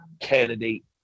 candidate